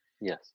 Yes